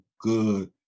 good